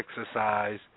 exercise